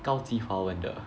高级华文的